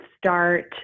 start